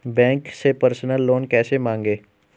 Bank से personal loan कैसे मांगें?